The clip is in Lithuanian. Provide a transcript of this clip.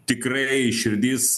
tikrai širdis